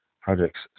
project's